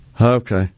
Okay